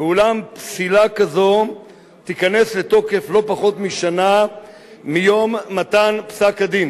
ואולם פסילה כזו תיכנס לתוקף לא פחות משנה מיום מתן פסק-הדין,